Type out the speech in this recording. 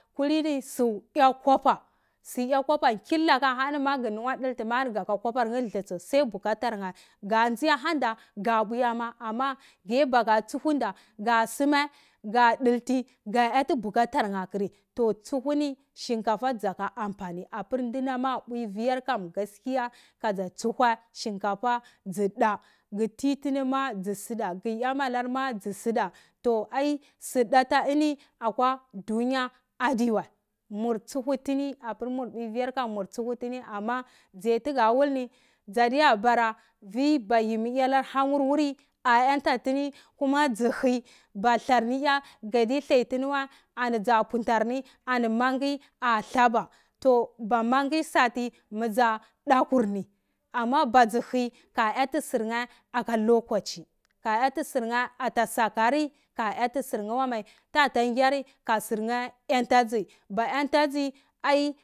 Kuloni su a kwaba killa ka hani ma baku mora dolti ke uwe koba thlisu sai bukatarye kashihanda ka buwema kuye baka tsuhunda kasme ka dilti ka ti, tsuhuni shinkafa saka, kaati bukatar, to tjuhni shikafuno bir dunam awe fear kam kasa tsuwye shinkafa tsu a titinima u tsuda ku yemikir ma tsusuda, su da ta ini akwa duniya diwa, mur tsuhuhini mabir urwa fear mur tsuhuhini, tse satebara ka yimi anar hakwye, a antatini, kuma basu ha, bar thlarniya basu bulu banida thlantawa ni subu darni ani mangi ar faba, ba mangi fati misa dakurni ka yeti siye ka ah sirye arta sakari, ka eh siryiwamai, kaga kye ka tsirya enta si ba eyatasi ai.